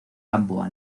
gamboa